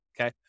Okay